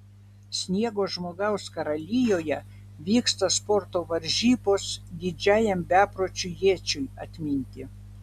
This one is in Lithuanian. sniego žmogaus karalijoje vyksta sporto varžybos didžiajam bepročiui ječiui atminti